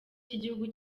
cy’igihugu